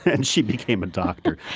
and she became a doctor.